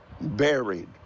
buried